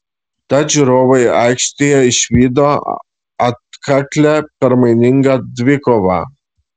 tad žiūrovai aikštėje išvydo atkaklią permainingą dvikovą